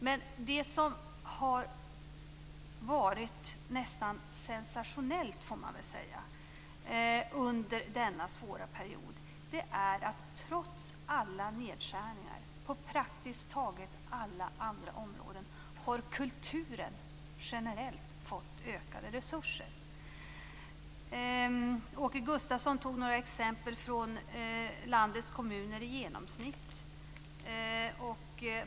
Men det som har varit nästan sensationellt, får man väl säga, under denna svåra period, är att trots alla nedskärningar på praktiskt taget alla andra områden, har kulturen generellt fått ökade resurser. Åke Gustavsson tog upp några exempel från landets kommuner i genomsnitt.